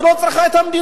היא לא צריכה את המדינה.